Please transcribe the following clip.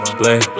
play